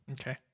Okay